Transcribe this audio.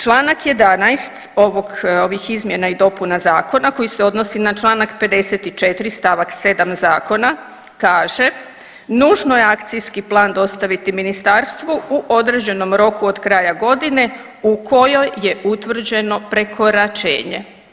Čl. 11 ovog, ovih izmjena i dopuna Zakona koji se odnosi na čl. 54 st. 7 Zakona kaže, nužno je akcijski plan dostaviti Ministarstvu u određenom roku od kraja godine u kojoj je utvrđeno prekoračenje.